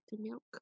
milk